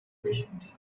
patient